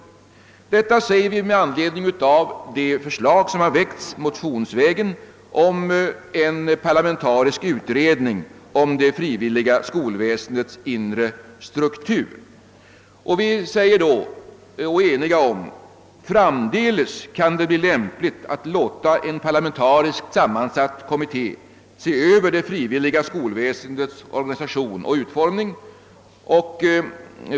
Detta säger vi med anledning av det förslag som väckts motionsvägen om en parlamentarisk utredning om det frivilliga skolväsendets inre struktur. Vi är eniga och säger: Framdeles kan det bli lämpligt att låta en parlamentariskt sammansatt kommitté se över det frivilliga skolväsendets organisation och utformning.